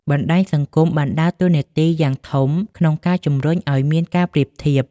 បណ្តាញសង្គមបានដើរតួនាទីយ៉ាងធំក្នុងការជំរុញឲ្យមានការប្រៀបធៀប។